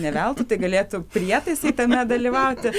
ne veltui tai galėtų prietaisai tame dalyvauti